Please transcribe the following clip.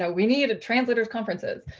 ah we need a translators conferences.